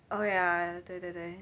oh ya ya 对对对